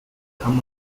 come